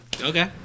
Okay